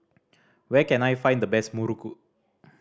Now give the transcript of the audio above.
where can I find the best muruku